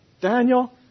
Daniel